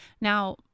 Now